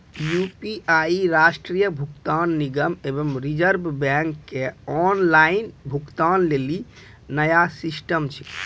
UPI राष्ट्रीय भुगतान निगम एवं रिज़र्व बैंक के ऑनलाइन भुगतान लेली नया सिस्टम छिकै